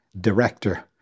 director